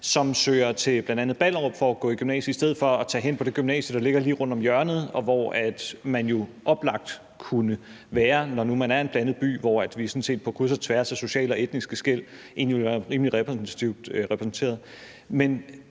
som søger til bl.a. Ballerup for at gå i gymnasie i stedet for at tage hen på det gymnasie, der ligger lige rundt om hjørnet, og hvor man jo oplagt kunne gå, når nu man er en blandet by, hvor vi sådan set på kryds og tværs af sociale og etniske skel er rimelig repræsentativt repræsenteret. Men